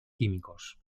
químicos